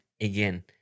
again